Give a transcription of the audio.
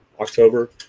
October